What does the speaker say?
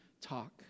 talk